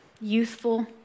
youthful